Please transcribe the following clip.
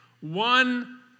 One